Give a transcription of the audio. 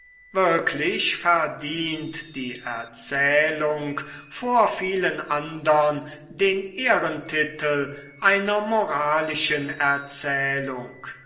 wirklich verdient die erzählung vor vielen andern den ehrentitel einer moralischen erzählung